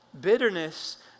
Bitterness